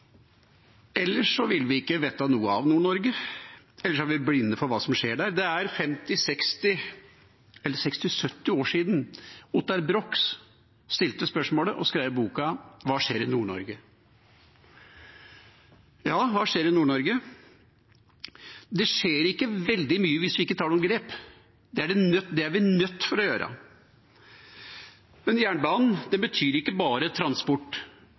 Ellers vil vi ikke vite av Nord-Norge, ellers er vi blinde for hva som skjer der. Det er 60–70 år siden Ottar Brox stilte spørsmålet og skrev boka «Hva skjer i Nord-Norge?» Ja, hva skjer i Nord-Norge? Det skjer ikke veldig mye hvis vi ikke tar noen grep. Det er vi nødt til å gjøre. Men en jernbane betyr ikke bare transport.